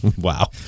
Wow